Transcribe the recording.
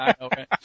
Okay